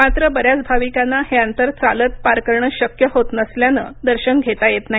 मात्र बऱ्याच भाविकांना हे अंतर चालत पार करणं शक्य होत नसल्यानं दर्शन घेता येत नाही